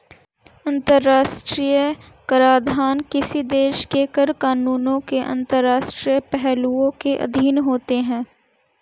अंतर्राष्ट्रीय कराधान किसी देश के कर कानूनों के अंतर्राष्ट्रीय पहलुओं के अधीन होता है